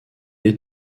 est